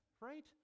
right